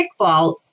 kickball